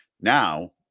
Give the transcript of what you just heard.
Now